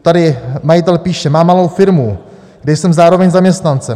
Tady majitel píše: Mám malou firmu, kde jsem zároveň zaměstnancem.